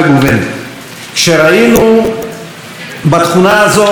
כשראינו בתכונה הזאת מקור לעוצמה,